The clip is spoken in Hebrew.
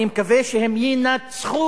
אני מקווה שהן ינצחו.